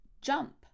jump